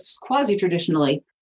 quasi-traditionally